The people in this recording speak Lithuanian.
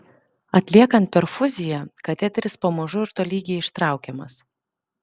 atliekant perfuziją kateteris pamažu ir tolygiai ištraukiamas